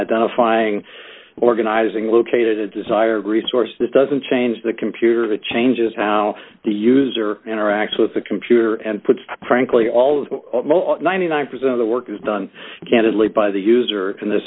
identifying organizing located a desire resource that doesn't change the computer the changes how the user interacts with the computer and puts frankly all of the ninety nine percent of the work is done candidly by the user in th